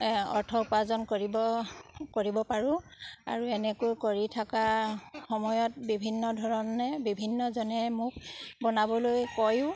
অৰ্থ উপাৰ্জন কৰিব কৰিব পাৰোঁ আৰু এনেকৈ কৰি থকা সময়ত বিভিন্ন ধৰণে বিভিন্নজনে মোক বনাবলৈ কয়ো